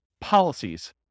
policies